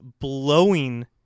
blowing